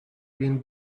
been